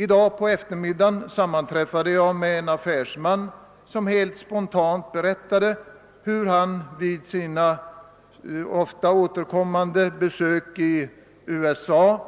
I dag på eftermiddagen sammanträffade jag med en affärsman som spontant berättade att han vid sina ofta återkommande besök i USA